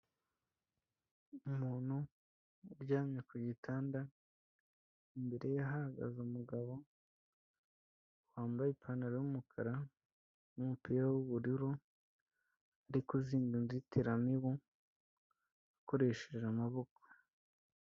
Umuntu uryamye ku gitanda imbere ye hahagaze umugabo wambaye ipantaro y'umukara n'umupira w'ubururu, uri kuzinga inzitiramibu akoresheje amaboko.